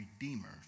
redeemer